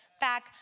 back